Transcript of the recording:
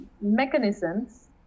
mechanisms